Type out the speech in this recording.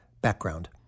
Background